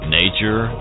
nature